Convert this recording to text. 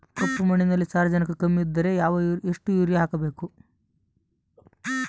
ಕಪ್ಪು ಮಣ್ಣಿನಲ್ಲಿ ಸಾರಜನಕ ಕಮ್ಮಿ ಇದ್ದರೆ ಎಷ್ಟು ಯೂರಿಯಾ ಹಾಕಬೇಕು?